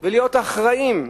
ולהיות אחראיים,